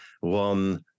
one